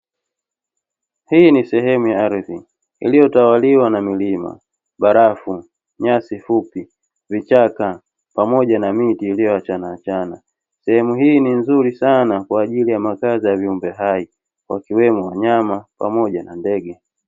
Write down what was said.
Hii ni sehemu ya ardhi iliyotawaliwa na milima, barafu, nyasi fupi, vichaka pamoja na miti iliyoachana achana. Sehemu hiyo ni nzuri sana kwa ajili ya makazi ya viumbe hai wakiwemo wanyama pamoja na ndege.